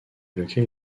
lequel